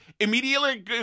immediately